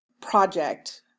project